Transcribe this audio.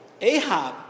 Ahab